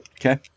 Okay